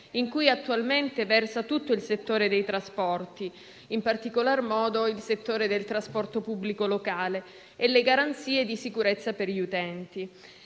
in cui attualmente versa tutto il settore dei trasporti, in particolar modo il settore del trasporto pubblico locale, e sulle garanzie di sicurezza per gli utenti.